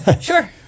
Sure